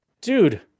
dude